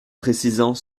précisant